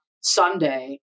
Sunday